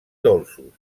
dolços